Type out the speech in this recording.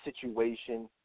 situation